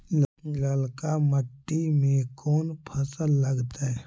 ललका मट्टी में कोन फ़सल लगतै?